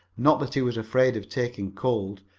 not that he was afraid of taking cold,